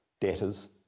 debtors